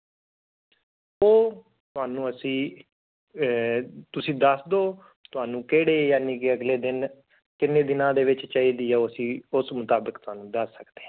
ਉਹ ਤੁਹਾਨੂੰ ਅਸੀਂ ਤੁਸੀਂ ਦੱਸ ਦਿਓ ਤੁਹਾਨੂੰ ਕਿਹੜੇ ਯਾਨੀ ਕਿ ਅਗਲੇ ਦਿਨ ਕਿੰਨੇ ਦਿਨਾਂ ਦੇ ਵਿੱਚ ਚਾਹੀਦੀ ਹੈ ਉਹ ਅਸੀਂ ਉਸ ਮੁਤਾਬਿਕ ਤੁਹਾਨੂੰ ਦੱਸ ਸਕਦੇ ਹਾਂ